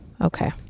Okay